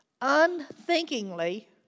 unthinkingly